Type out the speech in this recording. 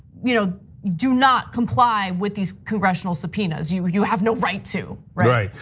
you know do not comply with these congressional subpoenas, you you have no right to. right,